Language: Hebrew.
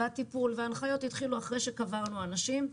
והטיפול וההנחיות יתחילו אחרי שקברנו אנשים.